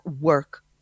work